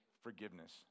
forgiveness